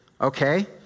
okay